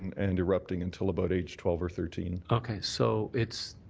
and erupting until about age twelve or thirteen. okay, so it's